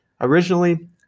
Originally